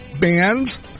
bands